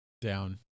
Down